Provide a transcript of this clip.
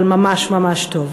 אבל ממש טוב.